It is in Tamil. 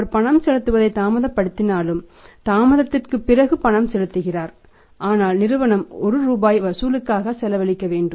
அவர் பணம் செலுத்துவதை தாமதப்படுத்தினாலும் தாமதத்திற்குப் பிறகு பணம் செலுத்துகிறார் ஆனால் நிறுவனம் 1 ரூபாயை வசூலுக்காக செலவழிக்க வேண்டும்